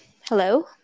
Hello